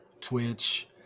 Twitch